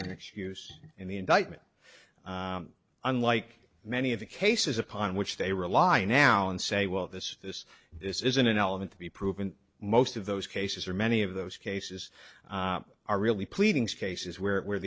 cause an excuse in the indictment unlike many of the cases upon which they rely on now and say well this this this isn't an element to be proven most of those cases or many of those cases are really pleadings cases where the